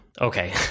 okay